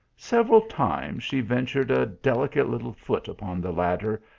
several times she ventured a delicate little foot upon the ladder,